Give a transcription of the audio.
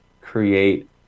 create